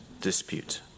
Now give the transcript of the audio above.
dispute